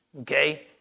okay